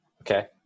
Okay